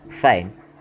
Fine